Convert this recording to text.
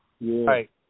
right